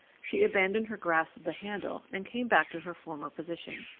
she abandoned her grasp of the handle and came back to her former position.